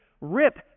Rip